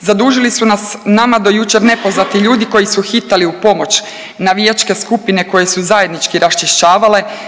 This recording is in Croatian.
Zadužili su nas nama do jučer nepoznati ljudi koji su hitali u pomoć, navijačke skupine koje su zajednički raščišćavale,